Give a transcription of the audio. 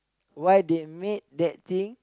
why they made that thing